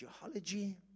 geology